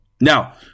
Now